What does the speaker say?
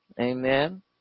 Amen